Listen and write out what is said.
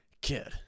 kid